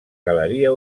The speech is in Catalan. galeria